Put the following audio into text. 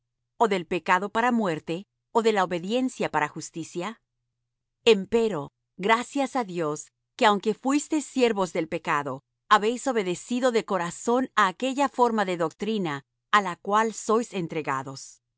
ó del pecado para muerte ó de la obediencia para justicia empero gracias á dios que aunque fuistes siervos del pecado habéis obedecido de corazón á aquella forma de doctrina á la cual sois entregados y